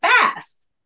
fast